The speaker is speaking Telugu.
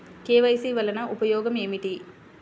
కే.వై.సి వలన ఉపయోగం ఏమిటీ?